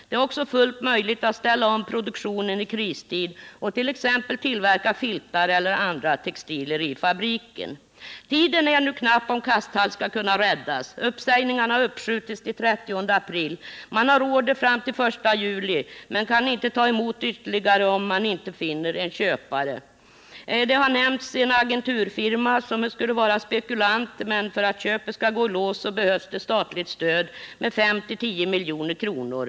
Det är också fullt möjligt att ställa om produktionen i fabriken i kristid och t.ex. tillverka filtar eller andra textilier. Tiden är nu knapp, om Kasthalls skall kunna räddas. Uppsägningarna har uppskjutits till den 30 april. Man har order fram till den 1 juli, men man kan inte ta emot ytterligare order om man inte finner någon köpare. En agenturfirma har nämnts som spekulant, men för att köpet skall gå i lås behövs statligt stöd med 5—-10 milj.kr.